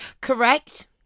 correct